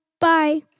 Bye